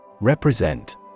Represent